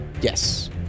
Yes